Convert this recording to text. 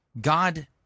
God